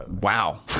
Wow